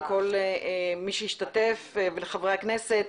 לכל מי שהשתתף ולחברי הכנסת.